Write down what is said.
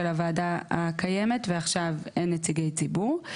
הוועדה הקיימת ועכשיו אין נציגי ציבור.